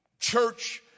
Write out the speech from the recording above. church